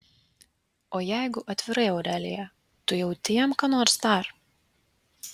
o jeigu atvirai aurelija tu jauti jam ką nors dar